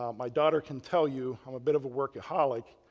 um my daughter can tell you, i'm a bit of a workaholic.